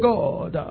God